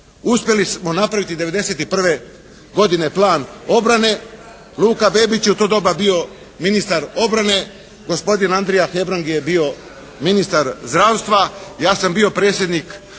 Uspjeli smo napraviti 1991. plan obrane. Luka Bebić je u to vrijeme bio ministar obrane, gospodin Andrija Hebrang je bio ministar zdravstva, ja sam bio predsjednik